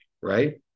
right